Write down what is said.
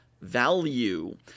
value